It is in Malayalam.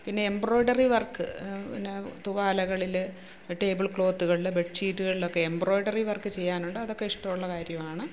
പിന്നെ എംബ്രോയിഡറി വർക്ക് പിന്നെ തൂവാലകളിൽ ടേബിൾ ക്ലോത്തുകളിൽ ബെഡ് ഷീറ്റുകളിലൊക്കെ എംബ്രോയിഡറി വർക്ക് ചെയ്യാറുണ്ട് അതൊക്കെ ഇഷ്ടം ഉള്ള കാര്യമാണ്